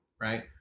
right